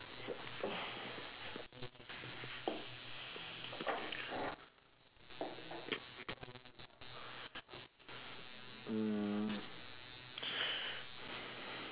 mm